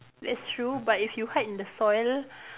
that's true but if you hide in the soil